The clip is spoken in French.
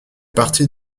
parti